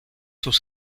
sus